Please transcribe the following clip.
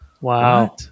wow